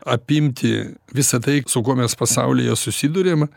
apimti visa tai su kuo mes pasaulyje susiduriam